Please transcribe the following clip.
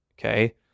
Okay